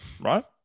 right